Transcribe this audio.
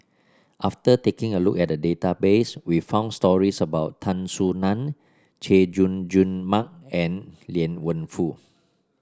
after taking a look at the database we found stories about Tan Soo Nan Chay Jung Jun Mark and Liang Wenfu